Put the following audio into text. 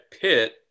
Pitt